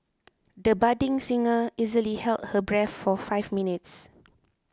the budding singer easily held her breath for five minutes